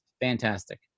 fantastic